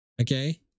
Okay